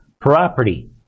property